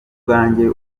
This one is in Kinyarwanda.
bwanjye